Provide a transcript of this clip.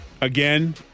again